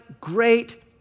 great